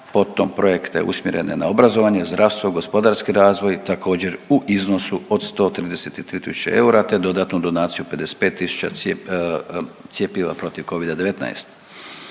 potom projekte usmjerene na obrazovanje, zdravstvo, gospodarski razvoj, također u iznosu od 133 tisuće eura, te dodatnu donaciju 55 tisuća cjepiva protiv covida-19.